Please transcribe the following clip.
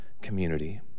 community